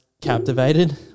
captivated